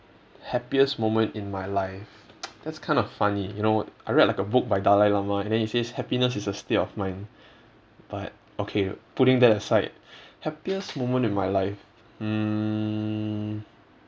happiest moment in my life that's kind of funny you know I read like a book by dalai lama and then he says happiness is a state of mind but okay putting that aside happiest moment in my life mm